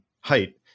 height